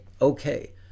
okay